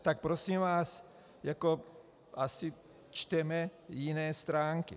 Tak prosím vás, asi čteme jiné stránky.